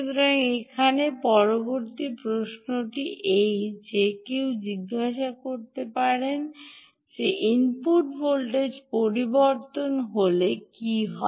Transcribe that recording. সুতরাং এখানে পরবর্তী প্রশ্নটি যে কেউ জিজ্ঞাসা করতে পারেন তা হল ইনপুট ভোল্টেজ পরিবর্তন হলে কী হয়